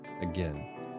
Again